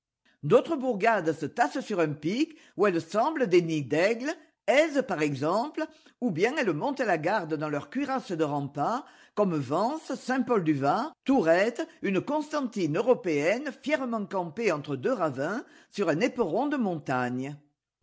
d'autres bourgades se tassent sur un pic où elles semblent des nids d'aigle eze par exemple ou bien elles montent la garde dans leur cuirasse de remparts comme vence saint paul duvar tourette une constantine européenne fièrement campée entre deux ravins sur un éperon de montagne